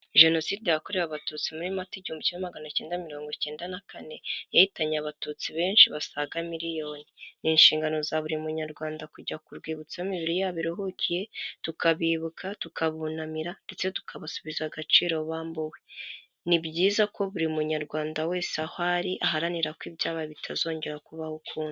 Jenoside yakorewe abatutsi muri Mata igihumbi kimwe magana acyenda mirongo icyenda na kane, yahitanye abatutsi benshi basaga miliyoni. Ni inshingano za buri munyarwanda kujya ku rwibutso aho imibiri yabo iruhukiye, tukabibuka, tukabunamira ndetse tukabasubiza agaciro bambuwe. Ni byiza ko buri munyarwanda wese aho ari, aharanira ko ibyabaye bitazongera kubaho ukundi.